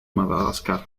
madagascar